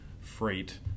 freight